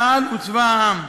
צה"ל הוא צבא העם.